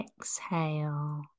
exhale